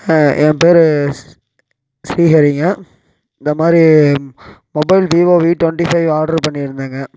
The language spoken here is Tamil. ஆ என் பெயரு ஸ்ரீஹரிங்க இந்த மாதிரி mobile Vivo V twenty five order பண்ணிருந்தேங்கள்